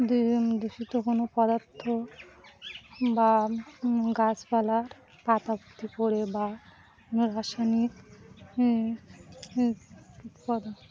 দূষিত কোনো পদার্থ বা গাছপালার পাতা পড়ে বা কোন রাসায়নিক পদার্থ